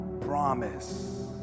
promise